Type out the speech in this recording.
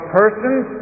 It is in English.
persons